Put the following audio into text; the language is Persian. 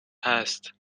هست